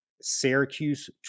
Syracuse